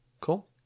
Cool